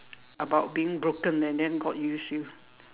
about being broken and then God use you